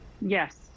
Yes